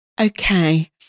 Okay